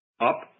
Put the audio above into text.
up